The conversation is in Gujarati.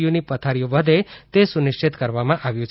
યુ ની પથારીઓ વધે તે સુનિશ્ચિત કરવામાં આવ્યું છે